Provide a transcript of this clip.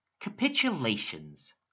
capitulations